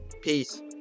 Peace